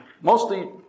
Mostly